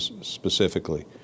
specifically